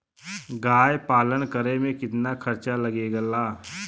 गाय पालन करे में कितना खर्चा लगेला?